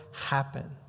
happen